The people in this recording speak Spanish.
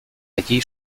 allí